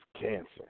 cancer